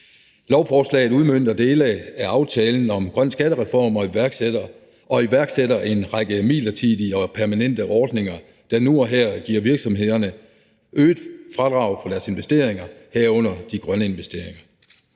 Lovforslaget udmønter dele af aftalen om en grøn skattereform og iværksætter en række midlertidige og permanente ordninger, der nu og her giver virksomhederne et øget fradrag for deres investeringer, herunder de grønne investeringer.